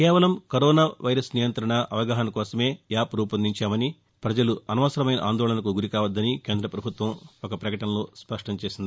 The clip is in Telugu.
కేవలం కరోనా వైరస్ నియంగ్రణ అవగాహన కోసమే యాప్ రూపొందించామని వినియోగదారులు అనవసరమైన ఆందోళనకు గురికావొద్దని కేంద్ర ప్రభుత్వం స్పష్టం చేసింది